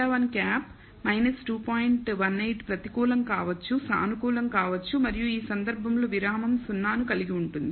18 ప్రతికూలం కావచ్చు సానుకూలం కావచ్చు మరియు ఈ సందర్భంలో విరామం 0 ను కలిగి ఉంటుంది